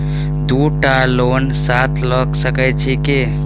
दु टा लोन साथ लऽ सकैत छी की?